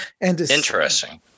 Interesting